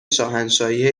شاهنشاهی